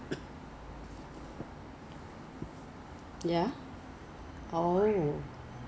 ya so because I bought it on Ezbuy before so I I I know lah then um